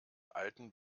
alten